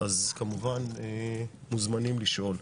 כמובן אתם מוזמנים לשאול.